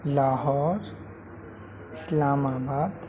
لاہور اسلام آباد